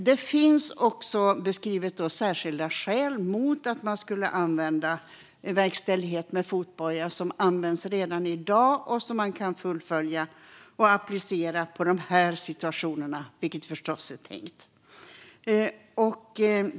Man beskriver också särskilda skäl mot att använda verkställighet med fotboja som används redan i dag och som man kan fullfölja och applicera på de här situationerna, vilket förstås är tanken.